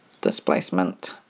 displacement